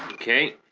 okay